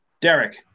Derek